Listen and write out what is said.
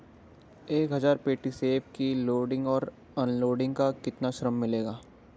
एक हज़ार पेटी सेब की लोडिंग और अनलोडिंग का कितना श्रम मिलेगा?